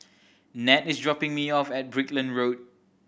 Nat is dropping me off at Brickland Road